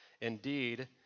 Indeed